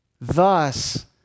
thus